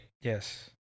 Yes